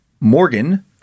Morgan